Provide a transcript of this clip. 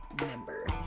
member